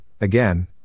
again